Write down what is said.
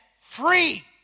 free